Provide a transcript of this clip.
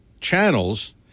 channels